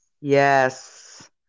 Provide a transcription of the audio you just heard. Yes